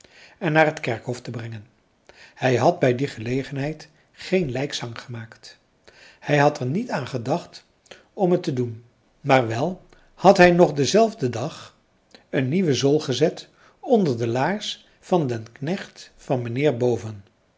en naar het kerkhof te brengen hij had bij die gelegenheid geen lijkzang gemaakt hij had er niet aan gedacht om het te doen maar wel had hij nog denzelfden dag een nieuwe zool gezet onder de laars van den knecht van mijnheer boven